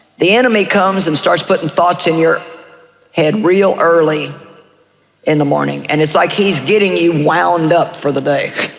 the enemy comes and starts putting thoughts in your head real early in the morning and it's like he's getting you wound up for the day,